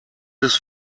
des